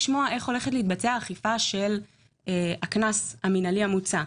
לשמוע איך הולכת להתבצע האכיפה של הקנס המנהלי המוצע.